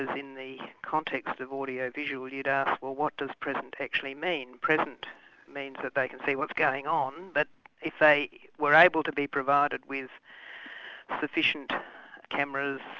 in the context of audio-visual you'd ask, well what does present actually mean? present means that they can see what's going on, but if they were able to be provided with sufficient cameras,